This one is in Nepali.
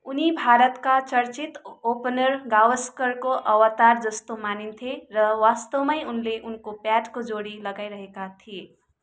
उनी भारतका चर्चित ओ ओपनर गावस्करको अवतारजस्तो मानिन्थे र वास्तवमै उनले उनको प्याडको जोडी लगाइरहेका थिए